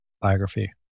biography